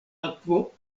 akvo